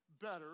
better